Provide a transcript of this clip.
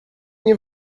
nie